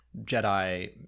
jedi